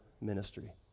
ministry